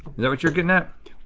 that what you're getting at?